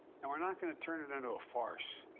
and we are not going to turn it into a farce.